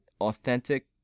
authentic